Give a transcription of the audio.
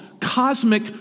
cosmic